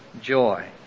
Joy